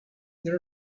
there